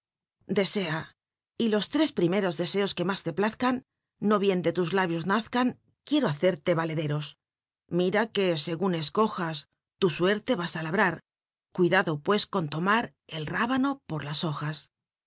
desea y lo tres primeros deseos que mits le plazcan no bien de tus labios nazcan quiero hacerle alederos mira que segun escojas tu suerte vas á labrar cuidado pues con tomat el rábano por las hojas